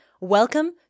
Welcome